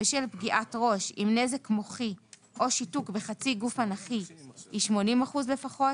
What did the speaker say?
בשל פגיעת ראש עם נזק מוחי או שיתוק בחצי גוף אנכי היא 80 אחוזים לפחות.